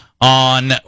on